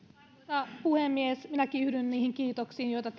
arvoisa puhemies minäkin yhdyn niihin kiitoksiin joita